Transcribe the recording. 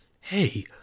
Hey